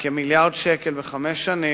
כ-1 מיליארד ש"ח בחמש שנים,